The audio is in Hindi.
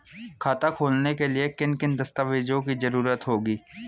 खाता खोलने के लिए किन किन दस्तावेजों की जरूरत होगी?